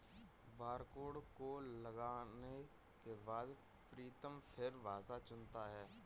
barcode को लगाने के बाद प्रीतम फिर भाषा चुनता है